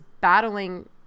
battling